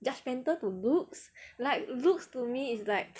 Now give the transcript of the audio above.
judgemental to looks like looks to me is like